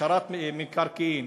הפשרת המקרקעין